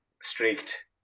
strict